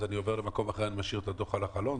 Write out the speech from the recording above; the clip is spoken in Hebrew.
אז אני עובר למקום אחר ומשאיר את הדוח על החלון?